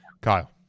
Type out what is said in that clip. Kyle